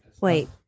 Wait